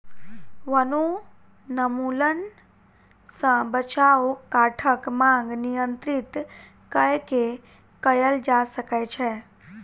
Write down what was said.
वनोन्मूलन सॅ बचाव काठक मांग नियंत्रित कय के कयल जा सकै छै